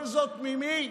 כל זאת, ממי?